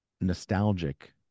nostalgic